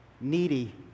needy